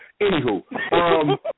Anywho